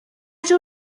جور